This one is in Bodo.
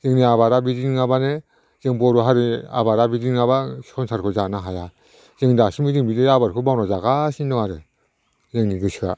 जोंनि आबादआ बिदि नङाब्लानो जों बर' हारिनि आबादआ बिदि नङाब्ला संसारखौ जानो हाया जों दासिमबो जों बिदि आबारखौ मावनानै जागासिनो दं आरो जोंनि गोसोआ